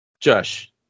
Josh